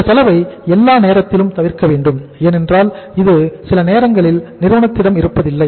இந்த செலவை எல்லா நேரத்திலும் தவிர்க்க வேண்டும் ஏனென்றால் இது சில நேரங்களில் நிறுவனத்திடம் இருப்பதில்லை